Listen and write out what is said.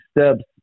steps